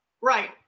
Right